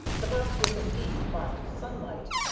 the box was indeed marked sunlight,